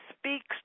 speaks